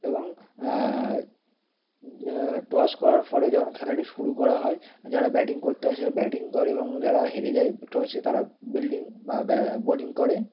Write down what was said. এবং টস করার পরে যখন খেলাটি শুরু করা হয় যারা ব্যাটিং করতে আসে ব্যাটিং করে এবং যারা হেরে যায় টসে তারা বিল্ডিং বলিং করে